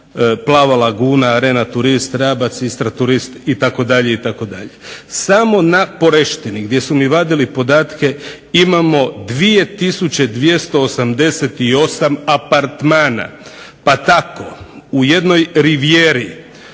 "Plava laguna", "Arena turist", "Rabac", "Istra turist" itd., itd. Samo na Poreštini gdje su mi vadili podatke imamo 2 288 apartmana. Pa tako u jednoj "Rivijeri"